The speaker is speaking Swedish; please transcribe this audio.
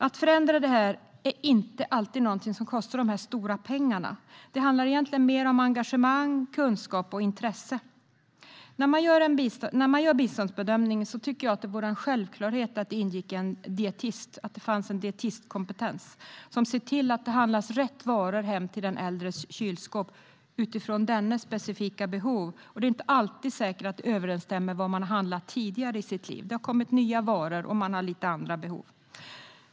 Att förändra det är inte alltid någonting som kostar stora pengar. Det handlar mer om engagemang, kunskap och intresse. När man gör biståndsbedömningen tycker jag att det borde vara en självklarhet att någon med dietistkompetens finns med som ser till att rätt varor handlas hem till den äldres kylskåp utifrån den äldres specifika behov. Det är inte säkert att de alltid överensstämmer med vad man handlat tidigare i sitt liv. Det har kommit nya varor, och man har lite andra behov.